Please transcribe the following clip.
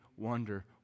wonder